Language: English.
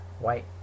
white